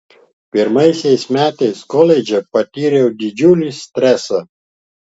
pirmaisiais metais koledže patyriau didžiulį stresą